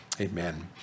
Amen